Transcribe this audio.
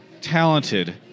talented